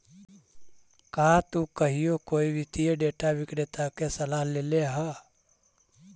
का तु कहियो कोई वित्तीय डेटा विक्रेता के सलाह लेले ह?